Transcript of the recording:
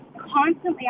constantly